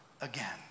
again